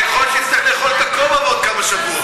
הרי יכול להיות שתצטרך לאכול את הכובע בעוד כמה שבועות,